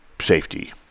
safety